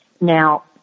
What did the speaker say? Now